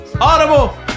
Audible